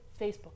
Facebook